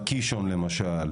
הקישון למשל.